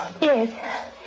Yes